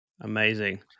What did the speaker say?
amazing